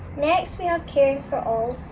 next we are caring for all.